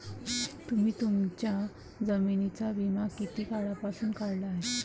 तुम्ही तुमच्या जमिनींचा विमा किती काळापासून काढला आहे?